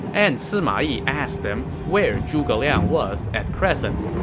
and sima yi asked them where zhuge liang was at present